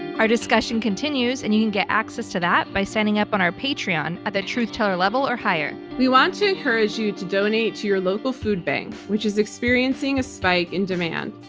our discussion continues, and you can get access to that by signing up on our patreon at the truth teller level or higher. we want to encourage you to donate to your local food bank, which is experiencing a spike in demand.